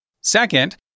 Second